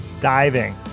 diving